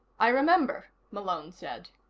i remember, malone said.